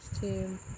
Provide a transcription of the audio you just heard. team